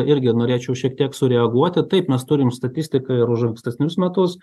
irgi norėčiau šiek tiek sureaguoti taip mes turim statistiką ir už ankstesnius metus